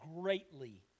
greatly